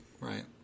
right